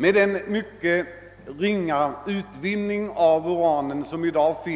Med den mycket ringa energiutvinning av uran som sker